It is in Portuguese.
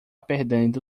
perdendo